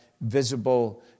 visible